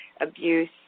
abuse